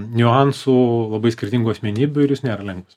niuansų labai skirtingų asmenybių ir jis nėra lengvas